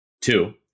Two